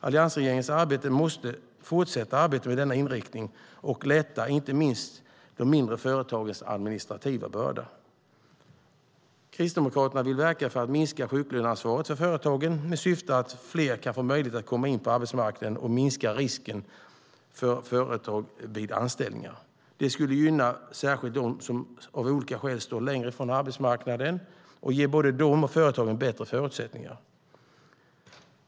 Alliansregeringens arbete måste fortsätta i denna inriktning och lätta inte minst de mindre företagens administrativa börda. Kristdemokraterna vill verka för att minska sjuklöneansvaret för företagen med syfte att fler kan få möjlighet att komma in på arbetsmarknaden samt minska risken för företag vid anställningar. Det skulle gynna särskilt dem som av olika skäl står längre från arbetsmarknaden och ge både dem och företagen bättre förutsättningar.